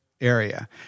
area